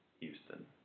Houston